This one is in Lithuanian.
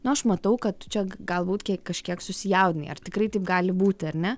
nu aš matau kad tu čia galbūt kiek kažkiek susijaudinai ar tikrai taip gali būti ar ne